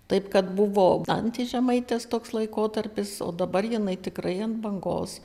taip kad buvo dantės žemaitės toks laikotarpis o dabar jinai tikrai ant bangos